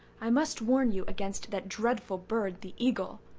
i must warn you against that dreadful bird, the eagle.